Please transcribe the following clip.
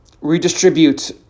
redistribute